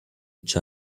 each